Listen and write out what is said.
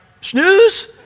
snooze